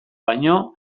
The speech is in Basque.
baino